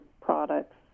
products